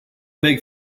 big